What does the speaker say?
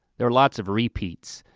there were lots of repeats,